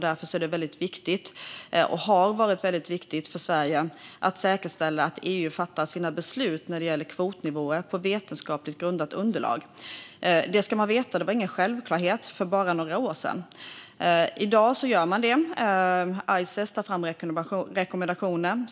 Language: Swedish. Därför har det varit och är viktigt för Sverige att säkerställa att EU fattar sina beslut om kvotnivåer på vetenskaplig grund, vilket inte var någon självklarhet för bara några år sedan. I dag görs det, och Ices tar fram rekommendationer.